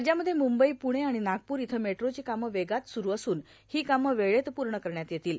राज्यामध्ये मुंबई पूणे आणि नागपूर इथं मेट्रोची कामं वेगात सुरु असून हां कामं वेळेत पूण करण्यात येतील